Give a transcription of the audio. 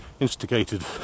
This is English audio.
Instigated